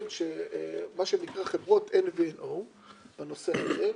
מה שנקרא, חברות NVNO. הנושא הזה,